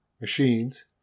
machines